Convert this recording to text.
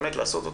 לעשות אותו,